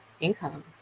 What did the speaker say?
income